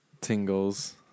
Tingles